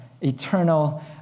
eternal